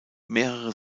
mehrere